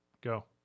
Go